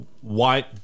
white